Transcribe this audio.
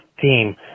team